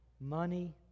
money